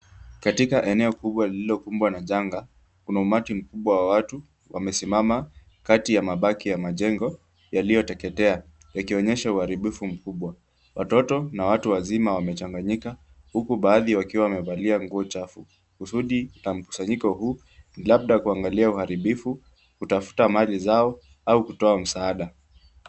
Katika eneo kubwa lililokumbwa na janga, kuna umati mkubwa wa watu wamesimama kati ya mabaki ya majengo yaliyoteketea yakionyesha uharibifu mkubwa. Watoto na watu wazima wamechanganyika huku baadhi wakiwa wamevalia nguo chafu. Kusudi la mkusanyiko huu ni labda kuangalia uharibifu, kutafuta mali zao au kutoa msaada.